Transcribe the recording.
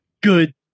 good